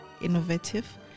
innovative